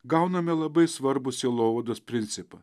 gauname labai svarbų sielovados principą